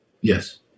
Yes